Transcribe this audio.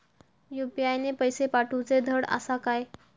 UPI ने पैशे पाठवूचे धड आसा काय?